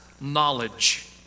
knowledge